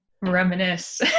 reminisce